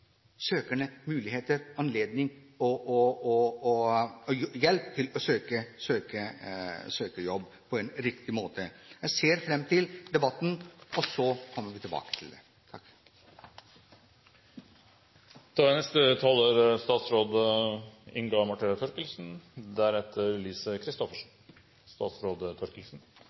søkerne muligheter, anledning og hjelp til å søke jobb på en riktig måte. Jeg ser fram til debatten, og så kommer vi tilbake til